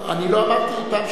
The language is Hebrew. אני לא אמרתי "פעם שנייה",